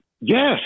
yes